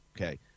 Okay